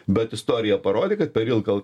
bet istorija parodė kad per ilgą